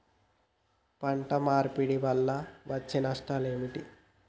పంట మార్పిడి వల్ల వచ్చే నష్టాలు ఏమిటి?